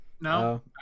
No